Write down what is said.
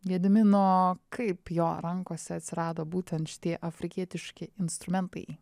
gedimino kaip jo rankose atsirado būtent šitie afrikietiški instrumentai